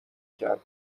کردی